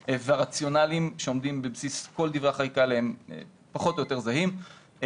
והרציונאלים שעומדים בבסיס כל דברי החקיקה פחות או יותר זהים.